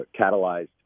catalyzed